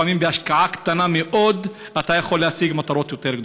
לפעמים בהשקעה קטנה מאוד אתה יכול להשיג מטרות יותר גדולות.